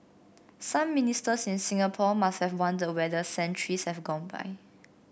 some Ministers in Singapore must have wondered whether centuries have gone by